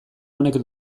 honek